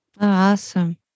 awesome